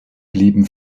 blieben